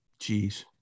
Jeez